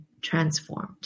transformed